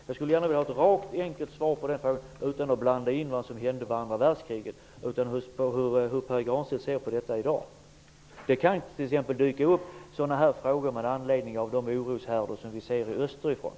Jag skulle vilja ha ett rakt och enkelt svar på den frågan, utan inblandning av fakta om vad som hände under andra världskriget. Jag undrar alltså hur Pär Granstedt ser på nämnda fråga i dag. Exempelvis kan sådana här frågor dyka upp med anledning av de oroshärdar som vi ser österut.